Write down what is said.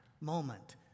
moment